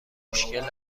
مشکل